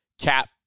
Cap